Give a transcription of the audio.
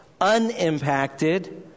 unimpacted